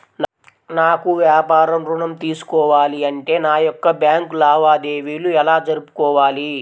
నాకు వ్యాపారం ఋణం తీసుకోవాలి అంటే నా యొక్క బ్యాంకు లావాదేవీలు ఎలా జరుపుకోవాలి?